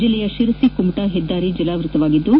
ಜಿಲ್ಲೆಯ ಶಿರಸಿ ಕುಮಟ ಹೆದ್ದಾರಿ ಜಲಾವೃತವಾಗಿದ್ದು